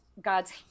God's